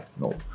no